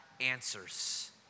answers